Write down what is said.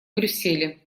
брюсселе